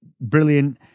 brilliant